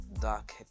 dark